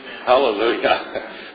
Hallelujah